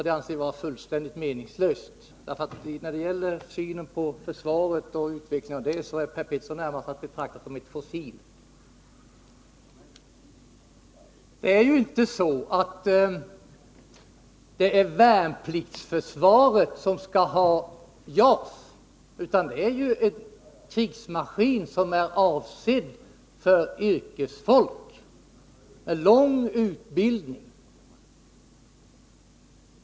Det anser jag vara fullständigt meningslöst, för när det gäller synen på försvaret och dess utveckling är Per Petersson närmast att betrakta som ett fossil. Det är ju inte värnpliktsförsvaret som skall ha JAS, utan det är en krigsmaskin som är avsedd för yrkesfolk med lång utbildning.